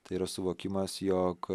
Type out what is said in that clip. tai yra suvokimas jog